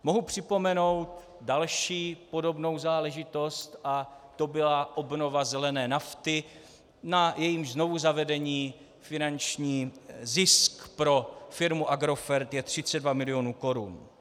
Mohu připomenout další, podobnou záležitost a to byla obnova zelené nafty, na jejímž znovuzavedení finanční zisk pro firmu Agrofert je 32 milionů korun.